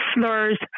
slurs